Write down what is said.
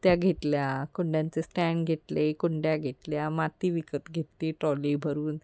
त्या घेतल्या कुंड्यांचे स्टँड घेतले कुंड्या घेतल्या माती विकत घेतती ट्रॉली भरून